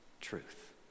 truth